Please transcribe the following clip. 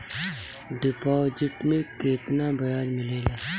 Deposit मे केतना बयाज मिलेला?